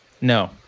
No